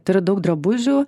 turiu daug drabužių